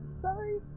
sorry